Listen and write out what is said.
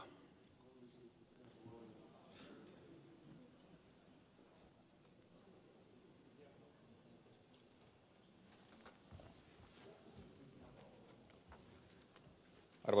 arvoisa puhemies